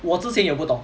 我之前也不懂